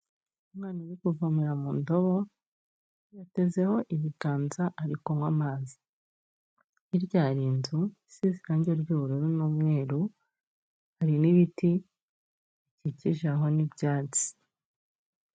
Umwana uri kuvomera mu ndobo yatezeho ibiganza ariko kunywa amazi, hirya hari inzu isize irangi ry'ubururu n'umweru hari n'ibiti bikikije aho n'ibyatsi.